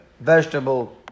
vegetable